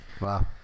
wow